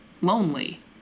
lonely